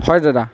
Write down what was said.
হয় দাদা